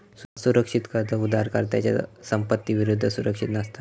असुरक्षित कर्ज उधारकर्त्याच्या संपत्ती विरुद्ध सुरक्षित नसता